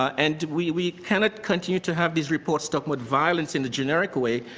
and we we cannot continue to have these reports talk about violence in the generic way.